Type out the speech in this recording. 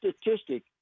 statistic